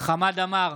חמד עמאר,